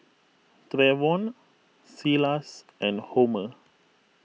Treyvon Silas and Homer